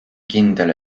kindel